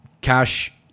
cash